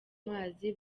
mazi